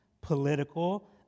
political